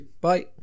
Bye